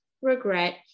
regret